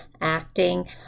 acting